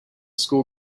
school